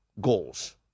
goals